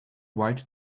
white